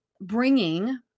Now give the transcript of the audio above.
bringing